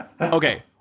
Okay